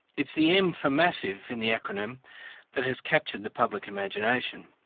it's the m for massive in the acronym that has captured the public imagination.